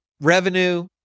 revenue